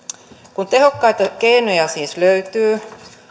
kun tehokkaita keinoja siis löytyy